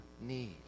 need